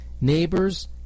neighbors